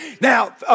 now